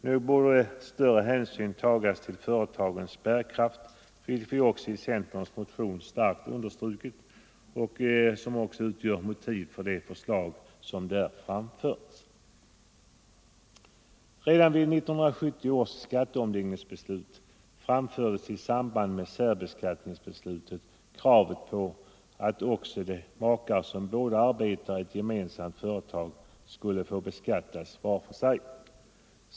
Nog borde större hänsyn tagas till företagens bärkraft, vilket vi också starkt understrukit i centerns motion. Detta utgör också motiv för de förslag som där framförts. Redan vid 1970 års skatteomläggningsbeslut framfördes i samband med särbeskattningsbeslutet kravet på att också de makar som båda arbetar i ett gemensamt företag skulle få beskattas var för sig.